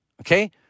Okay